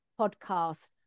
podcast